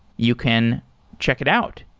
you can check it out.